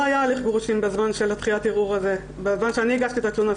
היה הליך גירושין בזמן שהגשתי את התלונה.